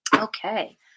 Okay